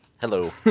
Hello